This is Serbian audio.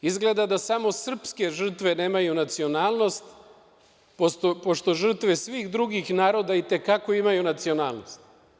Izgleda da samo srpske žrtve nemaju nacionalnost, pošto žrtve svih drugih naroda i te kako imaju nacionalnost.